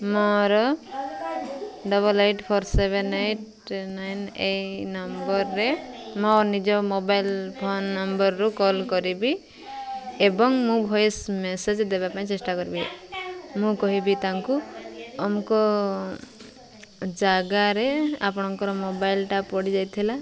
ମୋର double eight four seven eight nine ଏଇ ନମ୍ବର୍ରେ ମୋ ନିଜ ମୋବାଇଲ୍ ଫୋନ୍ ନମ୍ବର୍ରୁ କଲ୍ କରିବି ଏବଂ ମୁଁ ଭଏସ୍ ମେସେଜ୍ ଦେବା ପାଇଁ ଚେଷ୍ଟା କରିବି ମୁଁ କହିବି ତାଙ୍କୁ ଅମକ ଜାଗାରେ ଆପଣଙ୍କର ମୋବାଇଲ୍ଟା ପଡ଼ିଯାଇଥିଲା